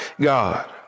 God